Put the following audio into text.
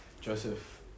Joseph